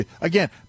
Again